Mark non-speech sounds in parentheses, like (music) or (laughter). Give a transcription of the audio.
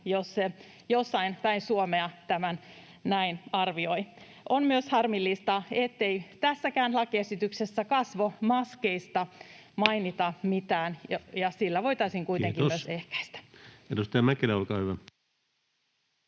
jos se jossain päin Suomea tämän näin arvioi. On myös harmillista, ettei tässäkään lakiesityksessä kasvomaskeista mainita mitään. (noise) Sillä voitaisiin kuitenkin myös ehkäistä. [Speech 5] Speaker: Ensimmäinen